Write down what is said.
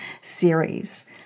series